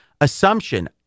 assumption